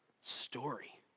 story